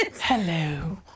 Hello